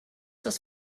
das